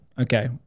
okay